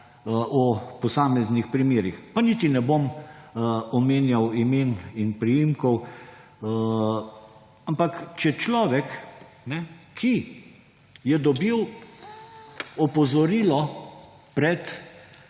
o posameznih primerih, pa niti ne bom omenjal imen in priimkov. Ampak če človek, ki je dobil opozorilo pred